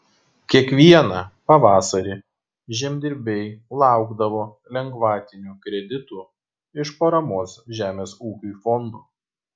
kiekvieną pavasarį žemdirbiai laukdavo lengvatinių kreditų iš paramos žemės ūkiui fondo